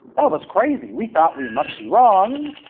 that was crazy. we thought we must be wrong.